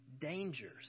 dangers